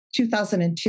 2002